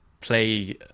play